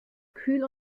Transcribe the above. kühl